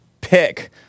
pick